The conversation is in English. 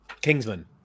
Kingsman